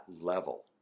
level